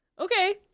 Okay